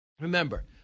Remember